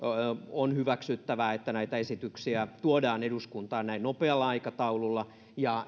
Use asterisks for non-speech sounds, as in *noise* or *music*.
on hyväksyttävää että näitä esityksiä tuodaan eduskuntaan näin nopealla aikataululla ja *unintelligible*